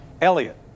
Elliot